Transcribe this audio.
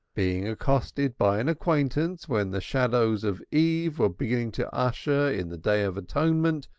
being accosted by an acquaintance when the shadows of eve were beginning to usher in the day of atonement,